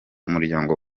muryango